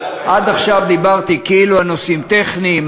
עד עכשיו דיברתי כאילו על נושאים טכניים,